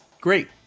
great